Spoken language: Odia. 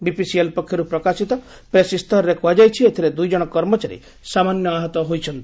ବିପିସିଏଲ୍ ପକ୍ଷରୁ ପ୍ରକାଶିତ ପ୍ରେସ୍ ଇସ୍ତାହାରରେ କୁହାଯାଇଛି ଏଥିରେ ଦୁଇ ଜଣ କର୍ମଚାରୀ ସାମାନ୍ୟ ଆହତ ହୋଇଛନ୍ତି